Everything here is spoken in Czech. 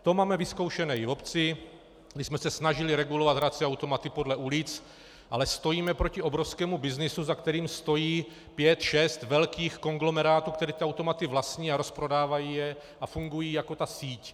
To máme vyzkoušené i v obci, kdy jsme se snažili regulovat hrací automaty podle ulic, ale stojíme proti obrovskému byznysu, za kterým stojí pět šest velkých konglomerátů, které automaty vlastní a rozprodávají je a fungují jako ta síť.